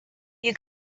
you